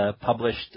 Published